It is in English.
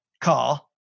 car